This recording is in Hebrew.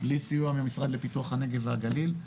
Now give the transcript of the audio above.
בלי סיוע מהמשרד לפיתוח הנגב והגליל,